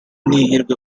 n’ihirwe